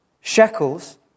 shekels